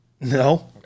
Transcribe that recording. No